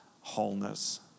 wholeness